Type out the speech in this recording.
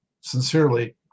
sincerely